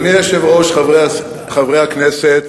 אדוני היושב-ראש, חברי הכנסת,